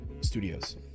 studios